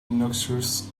noxious